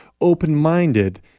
open-minded